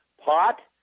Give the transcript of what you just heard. pot